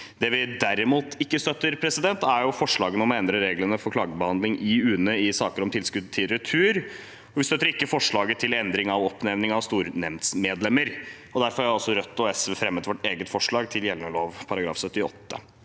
Det vi derimot ikke støtter, er forslaget om å endre reglene for klagebehandling i UNE i saker om tilskudd til retur. Vi støtter ikke forslaget til endring av oppnevning av stornemndmedlemmer. Derfor har Rødt og SV fremmet et eget forslag til § 78